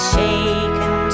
Shaken